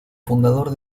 fundador